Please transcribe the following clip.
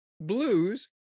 Blues